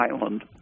Island